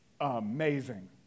amazing